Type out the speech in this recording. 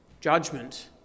Judgment